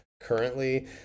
Currently